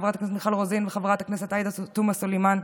לחברת הכנסת מיכל רוזין ולחברת הכנסת עאידה תומא סלימאן,